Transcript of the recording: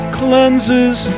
cleanses